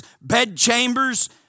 bedchambers